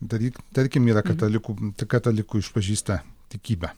daryk tarkim yra katalikų katalikų išpažįsta tikybą